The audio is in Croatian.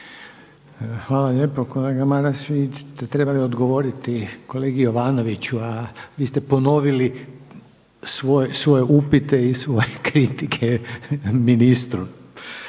Hvala lijepo kolega Maras, vi ste trebali odgovoriti kolegi Jovanoviću a vi ste ponovili svoje upite i svoje kritike ministru.